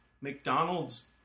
McDonald's